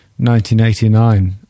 1989